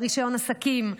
רישיון עסקים.